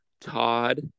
Todd